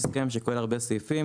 זה חלק מהסכם שכולל הרבה סעיפים,